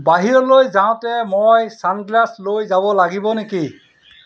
বাহিৰলৈ যাওঁতে মই চানগ্লাছ লৈ যাব লাগিব নেকি